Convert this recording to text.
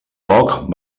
poc